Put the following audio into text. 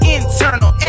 internal